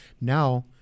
now